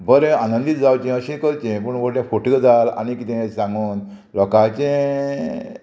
बरें आनंदीत जावचें अशें करचें पूण व्हे फुटगाल आनी किदें सांगून लोकांचें